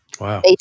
Wow